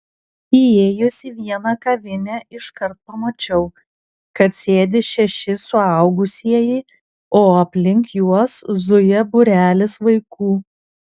įėjus į vieną kavinę iškart pamačiau kad sėdi šeši suaugusieji o aplink juos zuja būrelis vaikų